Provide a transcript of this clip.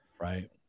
right